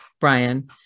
brian